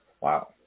wow